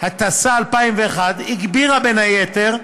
התשס"א 2001, הגבירה, בין היתר,